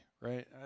right